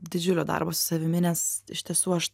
didžiulio darbo su savimi nes iš tiesų aš